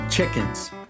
Chickens